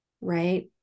right